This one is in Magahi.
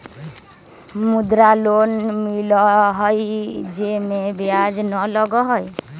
मुद्रा लोन मिलहई जे में ब्याज न लगहई?